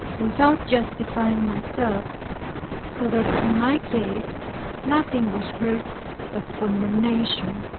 without justifying myself so that in my case nothing was heard but condemnation,